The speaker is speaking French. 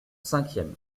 cinquième